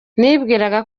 nibwiraga